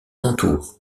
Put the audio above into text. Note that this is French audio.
entourent